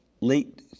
late